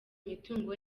imitungo